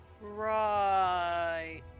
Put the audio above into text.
Right